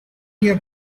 your